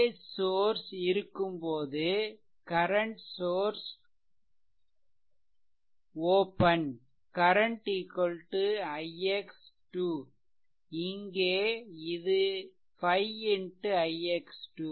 voltage source இருக்கும்போது current source open current ix " இங்கே இது 5 ix "